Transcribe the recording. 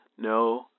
no